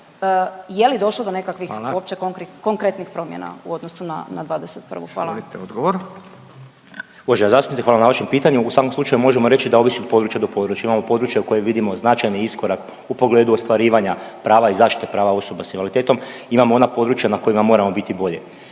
Furio (Nezavisni)** Izvolite odgovor. **Jurišić, Darijo** Uvažena zastupnice. Hvala na vašem pitanju. U svakom slučaju možemo reći da ovisi od područja do područja. Imamo područja u kojem vidimo značajni iskorak u pogledu ostvarivanja prava i zaštite prava osoba s invaliditetom, imamo ona područja na kojima moramo biti bolje.